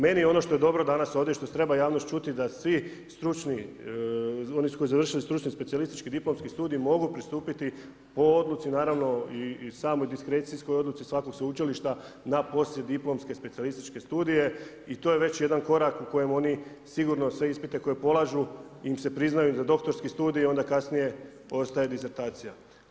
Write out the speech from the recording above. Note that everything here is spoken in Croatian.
Meni ono što je dobro danas ovdje i što treba javnost čuti, da svi stručni, oni koji su završila stručni specijalistički diplomski studij, mogu pristupiti ovoj odluci, naravno i samoj diskrecijskoj odluci svakog sveučilišta na poslijediplomske specijalističke studije i to je već jedan korak u kojem oni sigurno sve ispite koji polažu, im se priznaju za doktorski studij, onda kasnije ostaje disertacija.